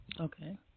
Okay